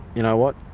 you know what,